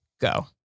Go